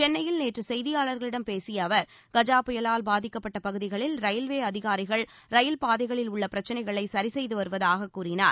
சென்னையில் நேற்று செய்தியாளர்களிடம் பேசிய அவர் கஜா புயலால் பாதிக்கப்பட்ட பகுதிகளில் ரயில்வே அதிகாரிகள் ரயில் பாதைகளில் உள்ள பிரச்சினைகளை சரி செய்து வருவதாக கூறினார்